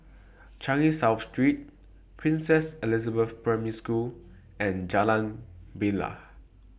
Changi South Street Princess Elizabeth Primary School and Jalan Bilal